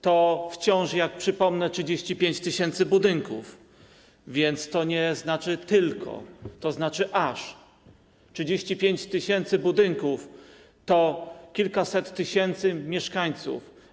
To wciąż, jak przypomnę, 35 tys. budynków, więc to nie znaczy: tylko, to znaczy: aż. 35 tys. budynków to kilkaset tysięcy mieszkańców.